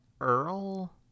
Earl